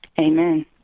amen